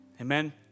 Amen